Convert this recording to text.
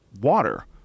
water